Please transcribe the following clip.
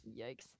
Yikes